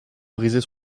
briser